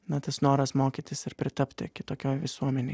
na tas noras mokytis ir pritapti kitokioj visuomenėj